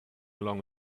along